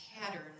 pattern